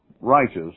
righteous